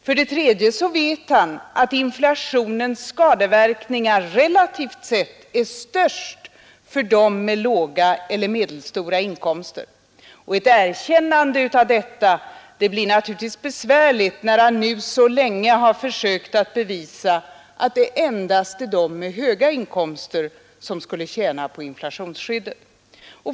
För det tredje vet han att inflationens skadeverkningar relativt sett är störst för dem som har låga eller medelstora inkomster, och ett erkännande av detta blir naturligtvis besvärligt när han nu så länge försökt bevisa att det endast är de med höga inkomster som skulle tjäna på inflationsskyddet.